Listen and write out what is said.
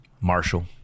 Marshall